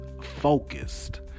focused